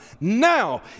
now